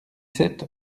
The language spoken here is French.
sept